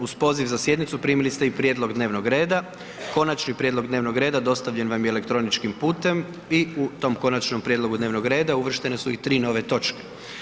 Uz poziv za sjednicu primili ste i prijedlog dnevnog reda, konačni prijedlog dnevnog reda dostavljen vam je elektroničkim putem i u tom konačnom prijedlogu dnevnog reda uvrštene su i 3 nove točke.